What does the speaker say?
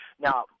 Now